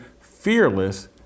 Fearless